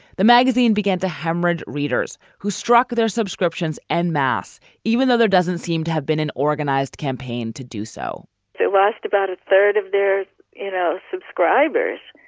the magazine began to hemorrhage readers who struck their subscriptions and mass, even though there doesn't seem to have been an organized campaign to do so they lost about a third of their you know subscribers.